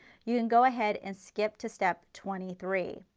you can go ahead and skip to step twenty three.